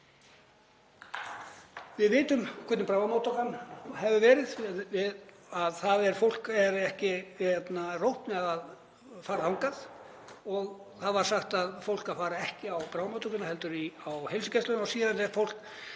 Við vitum hvernig bráðamóttakan hefur verið, fólki er ekki rótt með að fara þangað og það var sagt að fólk ætti ekki að fara á bráðamóttökuna heldur á heilsugæsluna og síðan þegar fólk